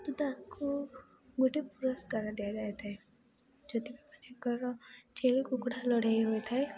ତ ତାକୁ ଗୋଟେ ପୁରସ୍କାର ଦିଆଯାଇଥାଏ ଯୋଉଥିମାନଙ୍କର ଛେଳି କୁକୁଡ଼ା ଲଢ଼େଇ ହୋଇଥାଏ